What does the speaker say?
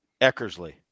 Eckersley